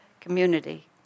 community